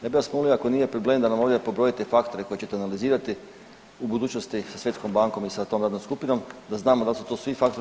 Ja bih vas molio ako nije problem da nam ovdje pobrojite faktore koje ćete analizirati u budućnosti sa Svjetskom bankom i sa tom radnom skupinom da znamo da li su tu svi faktori?